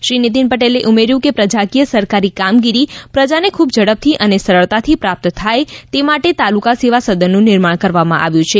શ્રી નીતિન પટેલે ઉમેર્યુ કે પ્રજાકીય સરકારી કામગીરી પ્રજાને ખુબ ઝડપથી અને સરળતાથી પ્રાપ્ત થાય તે માટે તાલુકા સેવા સદનનું નિર્માણ કરવામાં આવ્યુ છે